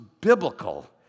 biblical